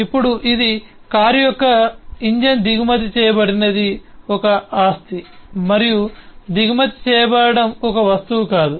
ఇప్పుడు ఇది కారు యొక్క ఇంజిన్ దిగుమతి చేయబడినది ఒక ఆస్తి మరియు దిగుమతి చేయబడటం ఒక వస్తువు కాదు